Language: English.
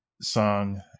song